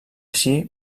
així